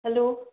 hello